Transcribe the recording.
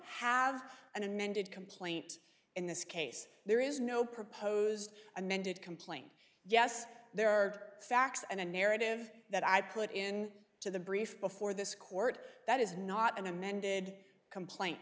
have an amended complaint in this case there is no proposed amended complaint yes there are facts and a narrative that i put in to the brief before this court that is not an amended complaint